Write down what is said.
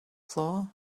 floor